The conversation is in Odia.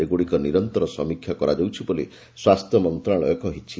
ଏଗୁଡ଼ିକ ନିରନ୍ତର ସମୀକ୍ଷା କରାଯାଉଛି ବୋଲି ସ୍ୱାସ୍ଥ୍ୟ ମନ୍ତ୍ରଣାଳୟ ସ୍ଟଚନା ଦେଇଛି